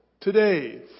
today